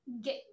get